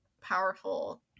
powerful